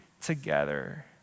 together